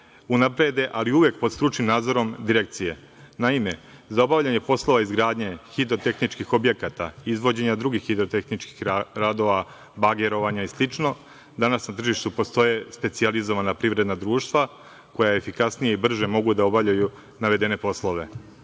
unaprede, ali uvek pod stručnim nadzorom Direkcije. Naime, za obavljanje poslova izgradnje hidrotehničkih objekata, izvođenja drugih hidrotehničkih radova, bagerovanja i slično, danas na tržištu postoje specijalizovana privredna društva koja efikasnije i brže mogu da obavljaju navedene poslove. Ovim